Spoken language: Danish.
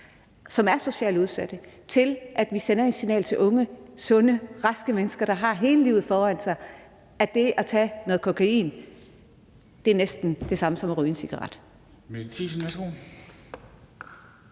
som er socialt udsatte, til at vi sender et signal til unge sunde, raske mennesker, der har hele livet foran sig, om, at det at tage noget kokain næsten er det samme som at ryge en cigaret.